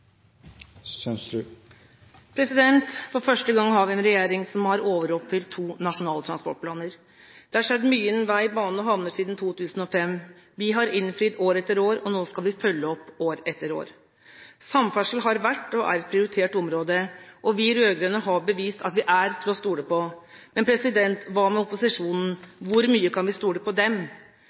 til. For første gang har vi en regjering som har overoppfylt to nasjonale transportplaner. Det har skjedd mye innen vei, bane og havner siden 2005. Vi har innfridd år etter år, og nå skal vi følge opp år etter år. Samferdsel har vært og er et prioritert område, og vi rød-grønne har bevist at vi er til å stole på. Men hva med opposisjonen, hvor mye kan vi stole på